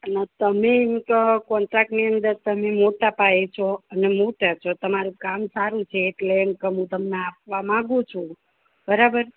એમાં તમે એમ કે કોન્ટ્રાક્ટની અંદર તમે મોટા પાયે છો અને મોટા છો તમારું કામ સારું છે એટલે એમ કે હું તમને આપવા માગું છું બરાબર